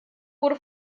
wurde